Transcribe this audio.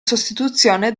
sostituzione